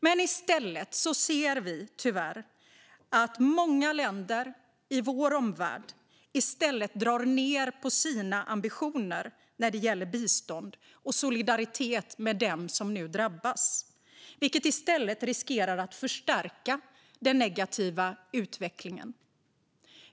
I stället ser vi tyvärr att många länder i vår omvärld drar ned på sina ambitioner när det gäller bistånd och solidaritet med dem som nu drabbas, vilket riskerar att förstärka den negativa utvecklingen.